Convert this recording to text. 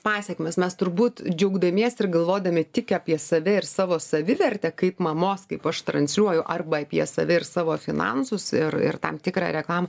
pasekmes mes turbūt džiaugdamiesi ir galvodami tik apie save ir savo savivertę kaip mamos kaip aš transliuoju arba apie save ir savo finansus ir ir tam tikrą reklamą